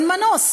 אין מנוס,